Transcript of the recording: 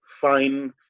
fine